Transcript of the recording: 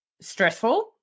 stressful